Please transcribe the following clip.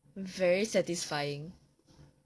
very satisfying